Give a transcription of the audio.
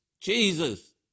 Jesus